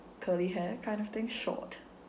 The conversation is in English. curly hair kind of thing short